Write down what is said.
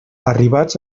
arribats